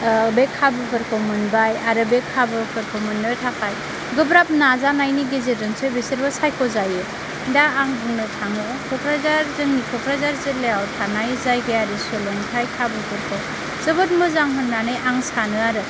बे खाबुफोरखौ मोनबाय आरो बे खाबुफोरखौ मोननो थाखाय गोब्राब नाजानायनि गेजेरजोंसो बिसोरबो सायख' जायो दा आं बुंनो थाङो कक्राझार जिल्लायाव थानाय जायगायारि सोलोंथाइ खाबुफोरखौ जोबोद मोजां होननानै आं सानो आरो